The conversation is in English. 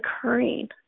occurring